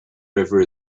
river